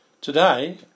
Today